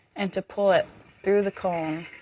and to pull it through the cone.